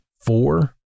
four